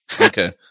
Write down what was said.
Okay